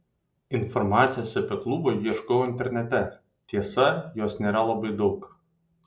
informacijos apie klubą ieškojau internete tiesa jos nėra labai daug